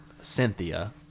Cynthia